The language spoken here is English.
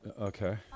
okay